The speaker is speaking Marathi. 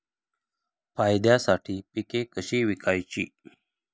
फायद्यासाठी पिके कशी विकायची?